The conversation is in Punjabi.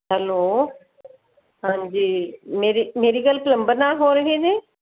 ਹੈਲੋ ਹਾਂਜੀ ਮੇਰੀ ਮੇਰੀ ਗੱਲ ਪਲੰਬਰ ਨਾਲ ਹੋ ਰਹੀ ਹੈ ਜੀ